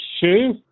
shoe